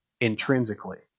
intrinsically